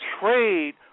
trade